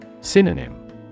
Synonym